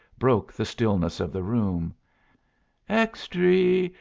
broke the stillness of the room extree!